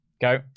go